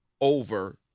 over